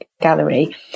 gallery